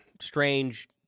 strange